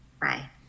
Bye